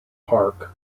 park